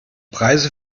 preise